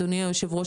אדוני היושב-ראש,